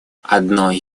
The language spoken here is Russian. одной